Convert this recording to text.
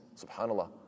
subhanallah